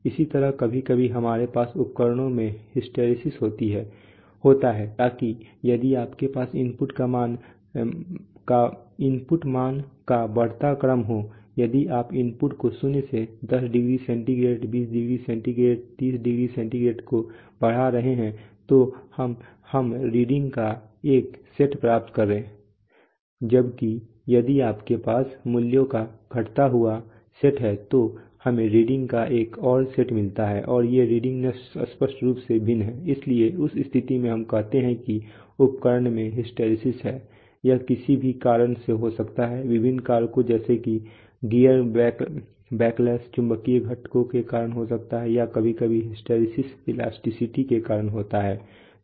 इसी तरह कभी कभी हमारे पास उपकरणों में हिस्टैरिसीस होता है ताकि यदि आपके पास इनपुट मान का बढ़ता क्रम हो यदि आप इनपुट को शून्य से 10 degree centigrade 20 degree centigrade 30 degree मान को बढ़ा रहे हैं तो हम रीडिंग का एक सेट प्राप्त करें जबकि यदि आपके पास मूल्यों का घटता हुआ सेट है तो हमें रीडिंग का एक और सेट मिलता है और ये रीडिंग स्पष्ट रूप से भिन्न हैं इसलिए उस स्थिति में हम कहते हैं कि उपकरण में हिस्टैरिसीस है यह किसी भी कारण से हो सकता है विभिन्न कारकों जैसे कि गियर बैकलैश चुंबकीय घटकों के कारण हो सकता है या कभी कभी हिस्टैरिसीस इलास्टिसिटी के कारण होता है